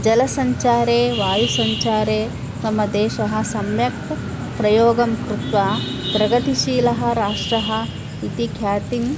जलसञ्चारे वायुसञ्चारे मम देशः सम्यक् प्रयोगं कृत्वा प्रगतिशीलः राष्ट्रः इति ख्यातिम्